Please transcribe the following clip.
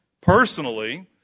personally